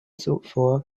zuvor